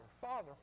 father